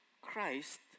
Christ